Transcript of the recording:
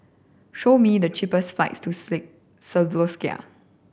show me the cheapest flights to